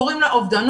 קוראים לה אובדנות,